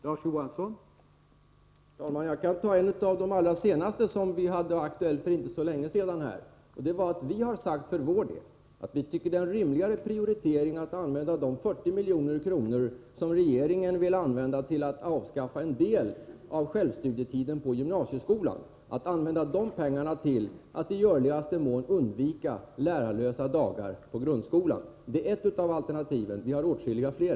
Herr talman! Jag kan ta ett av de allra senaste förslagen som var aktuellt för inte så länge sedan. Vi har för vår del sagt att vi tycker att det är en rimligare prioritering att använda de 40 miljoner som regeringen vill anslå till att avskaffa en del av självstudietiden på gymnasieskolan till att i görligaste mån undvika lärarlösa dagar på grundskolan. Det är ett av alternativen. Vi har åtskilligt fler.